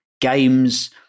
games